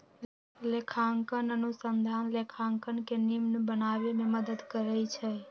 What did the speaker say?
लेखांकन अनुसंधान लेखांकन के निम्मन बनाबे में मदद करइ छै